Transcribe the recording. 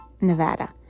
Nevada